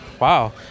Wow